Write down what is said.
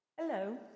Hello